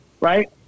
Right